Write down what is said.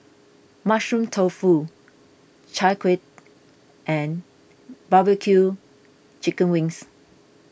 Mushroom Tofu Chai Kueh and Barbecue Chicken Wings